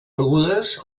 begudes